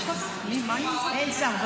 אין שר.